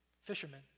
fishermen